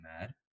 mad